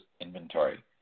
inventory